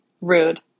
Rude